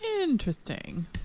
Interesting